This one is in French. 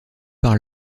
par